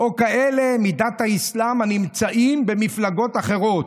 או לכאלה מדת האסלאם הנמצאים במפלגות אחרות: